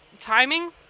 timing